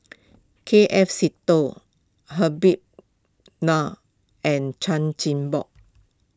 K F Seetoh Habib Noh and Chan Chin Bock